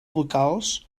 vocals